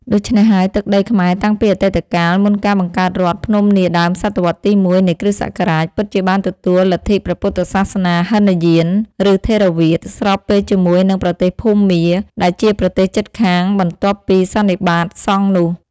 ដូច្នេះហើយ ទឹកដីខ្មែរតាំងពីអតីតកាល មុនការបង្កើតរដ្ឋភ្នំនាដើមសតវត្សរ៍ទី ១ នៃគ.ស. ពិតជាបានទទួលលទ្ធិព្រះពុទ្ធសាសនាហីនយាន ឬថេរវាទ ស្របពេលជាមួយនឹងប្រទេសភូមា ដែលជាប្រទេសជិតខាងបន្ទាប់ពីសន្និបាតសង្ឃនោះ។